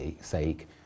sake